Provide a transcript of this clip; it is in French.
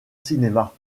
cinéma